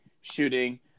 shooting